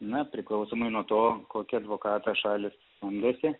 na priklausomai nuo to kokį advokatą šalys samdosi